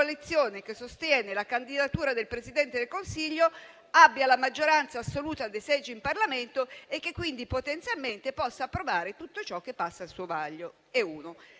che sostiene la candidatura del Presidente del Consiglio abbia la maggioranza assoluta dei seggi in Parlamento e che quindi, potenzialmente, possa approvare tutto ciò che passa al suo vaglio.